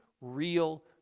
real